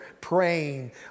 praying